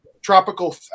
tropical